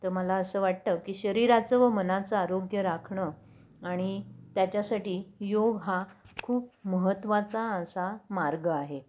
तर मला असं वाटतं की शरीराचं व मनाचं आरोग्य राखणं आणि त्याच्यासाठी योग हा खूप महत्त्वाचा असा मार्ग आहे